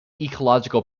ecological